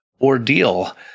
ordeal